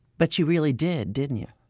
but you really did, didn't you?